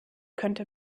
könnte